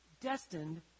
destined